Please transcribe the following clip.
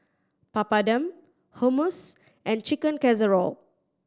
Papadum Hummus and Chicken Casserole